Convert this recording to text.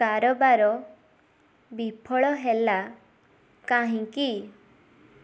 କାରବାର ବିଫଳ ହେଲା କାହିଁକି